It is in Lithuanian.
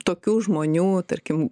tokių žmonių tarkim